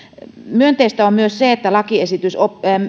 myönteistä on myös se että lakiesitys